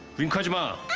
from charisma